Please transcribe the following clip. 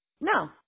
No